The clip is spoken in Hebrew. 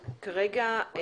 בהקראה.